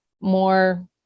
more